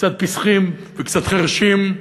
וקצת פיסחים, וקצת חירשים,